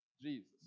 Jesus